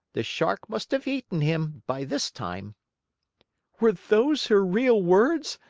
the shark must have eaten him by this time were those her real words?